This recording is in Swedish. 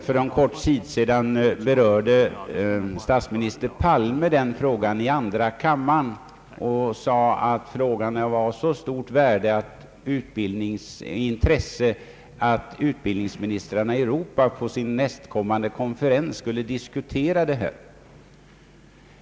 För en kort tid sedan berörde statsminister Palme frågan i andra kammaren och sade då att den är av så stort intresse att utbildningsministrarna i Europa på sin nästkommande konferens skall diskutera den.